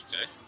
okay